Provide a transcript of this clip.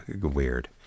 weird